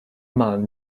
man